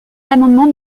l’amendement